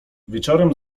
wieczorem